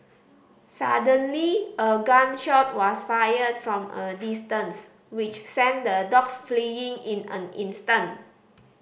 suddenly a gun shot was fired from a distance which sent the dogs fleeing in an instant